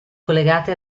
collegati